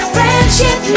Friendship